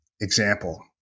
example